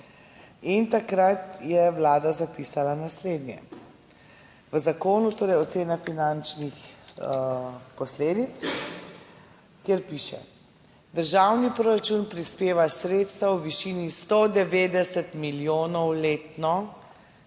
In takrat je Vlada zapisala naslednje v zakonu, torej, ocena finančnih posledic, kjer piše: "Državni proračun prispeva sredstva v višini 190 milijonov letno